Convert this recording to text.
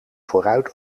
vooruit